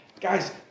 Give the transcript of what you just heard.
Guys